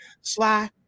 Sly